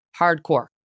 hardcore